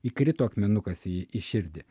įkrito akmenukas į į širdį